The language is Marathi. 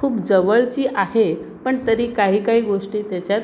खूप जवळची आहे पण तरी काही काही गोष्टी त्याच्यात